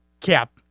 cap